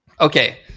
Okay